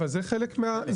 אבל זה חלק מהתוכנית.